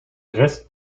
rest